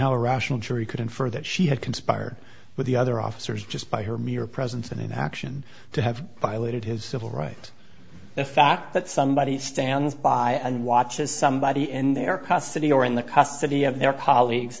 how a rational jury could infer that she had conspired with the other officers just by her mere presence and inaction to have violated his civil right the fact that somebody stands by and watches somebody in their custody or in the custody of their colleagues